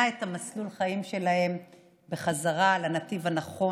את מסלול החיים שלהם בחזרה לנתיב הנכון.